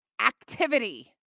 Activity